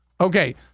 Okay